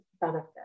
benefit